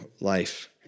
life